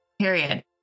Period